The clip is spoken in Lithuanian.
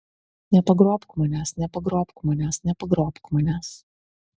nepagrobk manęs nepagrobk manęs nepagrobk manęs